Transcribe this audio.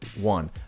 one